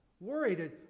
worried